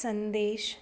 संदेश